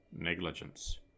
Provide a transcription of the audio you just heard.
negligence